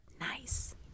Nice